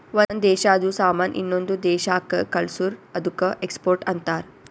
ಒಂದ್ ದೇಶಾದು ಸಾಮಾನ್ ಇನ್ನೊಂದು ದೇಶಾಕ್ಕ ಕಳ್ಸುರ್ ಅದ್ದುಕ ಎಕ್ಸ್ಪೋರ್ಟ್ ಅಂತಾರ್